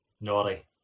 Naughty